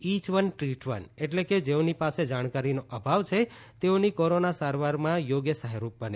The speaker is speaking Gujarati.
ઇય વન ટ્રીટ વન એટલે કે જેઓની પાસે જાણકારીનો અભાવ છે તેઓની કોરોના સારવારમાં યોગ્ય સહાયરૂપ બને